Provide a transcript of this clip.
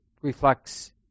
reflects